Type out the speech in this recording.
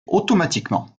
automatiquement